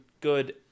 good